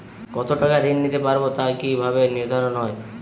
কতো টাকা ঋণ নিতে পারবো তা কি ভাবে নির্ধারণ হয়?